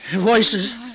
Voices